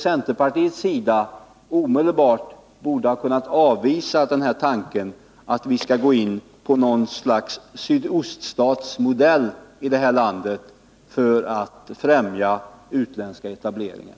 Centerpartiet borde därför omedelbart ha kunnat avvisa tanken att vi i det här landet skulle gå in för något slags sydoststatsmodell för att främja utländska etableringar.